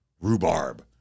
rhubarb